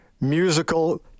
musical